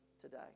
today